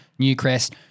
Newcrest